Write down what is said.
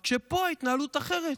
רק שפה ההתנהלות אחרת,